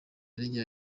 rigira